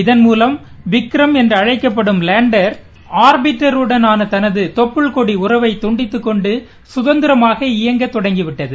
இதன்மூலம் விக்ரம் என்று அழைக்கப்படும் லேண்டர் ஆர்பிட்டர் உடனான தனது தொட்டுள் கொடி உறவை துண்டித்துக்கொண்டு கதந்திரமாக இயங்க தொடங்கிவிட்டது